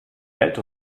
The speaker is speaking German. welt